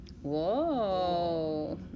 Whoa